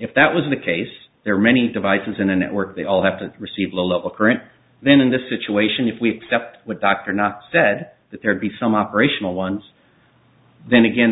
if that was the case there are many devices in a network they all have to receive low level current then in this situation if we accept what dr knox said that there be some operational ones then again